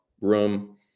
room